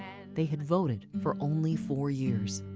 they had voted for only four years.